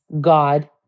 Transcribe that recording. God